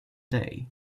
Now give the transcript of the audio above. day